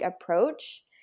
approach